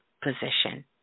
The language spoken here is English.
position